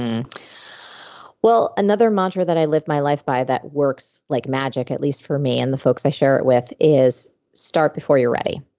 um well, another mantra that i lived my life by that works like magic, at least for me and the folks i share it with is, start before you're ready.